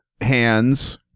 hands